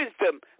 wisdom